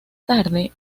tarde